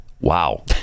Wow